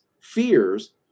fears